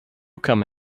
come